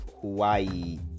Hawaii